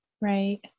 Right